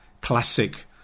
classic